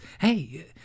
hey